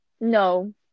No